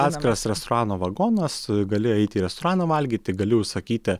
atskiras restorano vagonas gali eiti į restoraną valgyti gali užsakyti